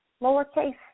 lowercase